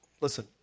Listen